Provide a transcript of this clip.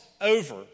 over